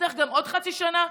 נצטרך גם עוד חצי שנה?